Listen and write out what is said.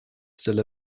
still